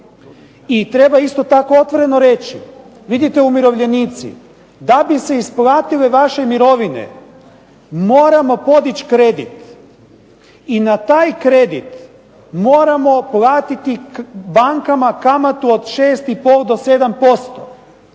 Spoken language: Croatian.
I treba isto tako otvoreno reći vidite umirovljenici da bi se isplatile vaše mirovine moramo podići kredit i na taj kredit moramo platiti bankama kamatu od 6 i pol